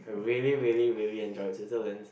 I really really really enjoyed Switzerland